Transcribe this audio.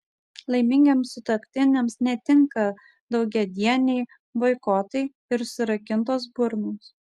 laimingiems sutuoktiniams netinka daugiadieniai boikotai ir surakintos burnos